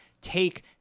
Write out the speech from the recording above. take